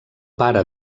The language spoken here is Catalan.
pare